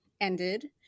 ended